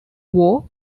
war